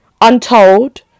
Untold